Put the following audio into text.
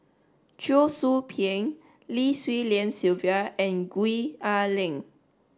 Cheong Soo Pieng Lim Swee Lian Sylvia and Gwee Ah Leng